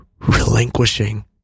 relinquishing